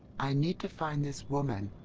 i need to find this woman,